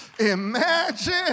Imagine